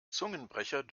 zungenbrecher